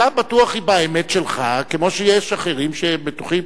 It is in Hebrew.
אתה בטוח באמת שלך, כמו שיש אחרים שהם בטוחים.